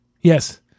Yes